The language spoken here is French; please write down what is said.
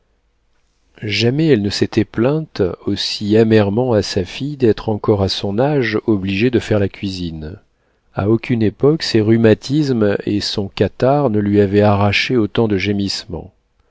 jamais elle ne s'était plainte aussi amèrement à sa fille d'être encore à son âge obligée de faire la cuisine à aucune époque ses rhumatismes et son catarrhe ne lui avaient arraché autant de